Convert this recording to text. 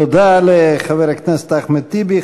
תודה לחבר הכנסת אחמד טיבי.